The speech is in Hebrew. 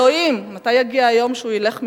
אלוהים, מתי יגיע היום שהוא ילך מפה?